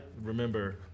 remember